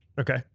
Okay